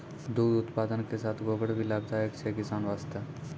दुग्ध उत्पादन के साथॅ गोबर भी लाभदायक छै किसान वास्तॅ